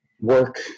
work